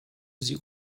sie